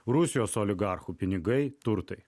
rusijos oligarchų pinigai turtai